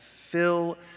Fill